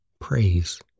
praise